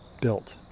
built